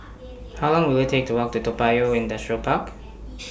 How Long Will IT Take to Walk to Toa Payoh Industrial Park